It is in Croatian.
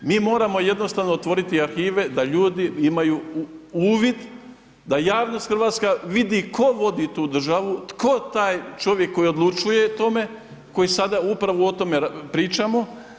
Mi moramo jednostavno otvoriti arhive da ljudi imaju uvid, da javnost hrvatska vidi tko vodi tu državu, to je taj čovjek koji odlučuje o tome, koji sada upravo o tome pričamo.